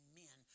men